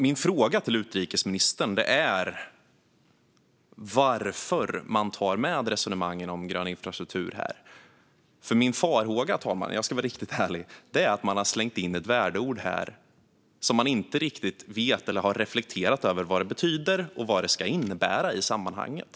Min fråga till utrikesministern är: Varför tar man med resonemangen om grön infrastruktur? Om jag ska vara riktigt ärlig, fru talman, är min farhåga att man har slängt in ett värdeord som man inte riktigt vet eller har reflekterat över vad det betyder och vad det ska innebära i sammanhanget.